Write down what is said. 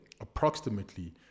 approximately